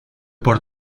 por